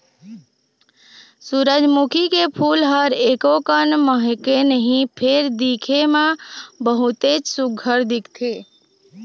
सूरजमुखी के फूल ह एकोकन महकय नहि फेर दिखे म बहुतेच सुग्घर दिखथे